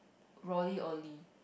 Rollie-Olie